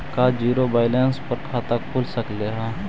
का zero balance पर खाता खुल सकले हे?